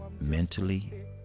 mentally